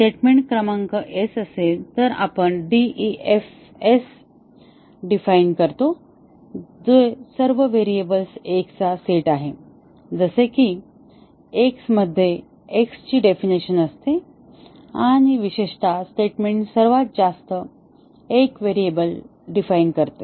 जर स्टेटमेंट क्रमांक S असेल तर आपण DEF S डिफाइन करतो जे सर्व व्हेरिएबल्स X चा सेट आहे जसे की X मध्ये X ची डेफिनिशन असते आणि विशेषत स्टेटमेंट सर्वात जास्त एक व्हेरिएबल परिभाषित करते